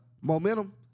Momentum